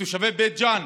ותושבי בית ג'ן.